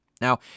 Now